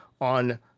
on